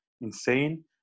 insane